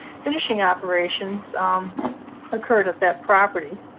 finishing operations occurred at that property,